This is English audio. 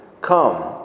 Come